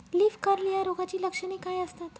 Leaf curl या रोगाची लक्षणे काय असतात?